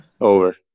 Over